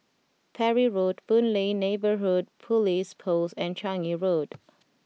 Parry Road Boon Lay Neighbourhood Police Post and Changi Road